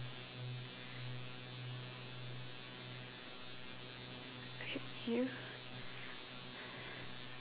okay you